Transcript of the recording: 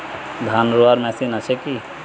ধান রোয়ার মেশিন আছে কি?